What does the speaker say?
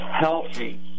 healthy